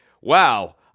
wow